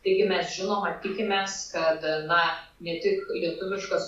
taigi mes žinoma tikimės kad na ne tik lietuviškas